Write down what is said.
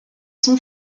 son